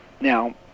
Now